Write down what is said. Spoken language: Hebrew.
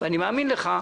ואני מאמין לך,